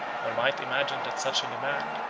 one might imagine, that such a demand,